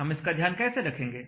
हम इसका ध्यान कैसे रखेंगे